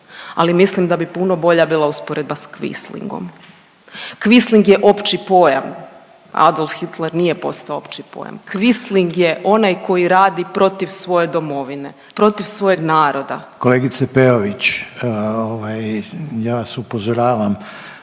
ali mislim da bi puno bolja bila usporedba s Quislingom. Quisling je opći pojam, Adolf Hitler nije postao opći pojam. Quisling je onaj koji radi protiv svoje domovine, protiv svojeg naroda. …/Upadica Reiner: Kolegice Peović, ovaj ja vas upozoravam,